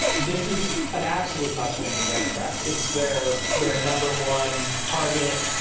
this is an absolute must win for democrats. it's their their number one target.